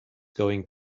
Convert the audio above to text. going